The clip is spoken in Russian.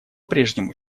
прежнему